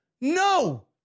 No